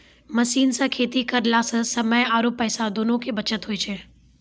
machine सॅ खेती करला स समय आरो पैसा दोनों के बचत होय छै